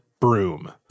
broom